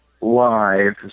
live